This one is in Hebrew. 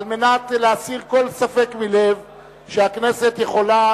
על מנת להסיר כל ספק מלב שהכנסת יכולה